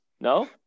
No